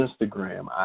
Instagram